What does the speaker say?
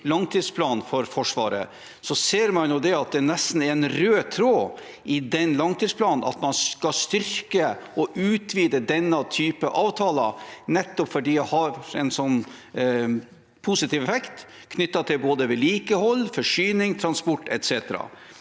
langtidsplanen for Forsvaret, ser man at det nesten er en rød tråd i den langtidsplanen at man skal styrke og utvide denne type avtaler, nettopp fordi de har en positiv effekt knyttet til både vedlikehold, forsyning og transport etc.